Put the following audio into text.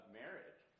marriage